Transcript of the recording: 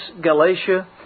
Galatia